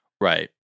Right